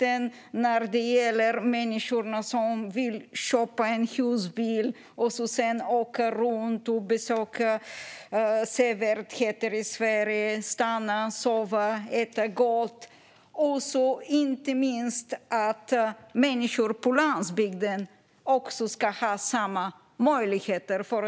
Det är brister som påverkar människor som vill köpa en husbil och sedan åka runt och besöka sevärdheter i Sverige och stanna, sova och äta gott. Inte minst ska människor på landsbygden ha samma möjligheter som andra.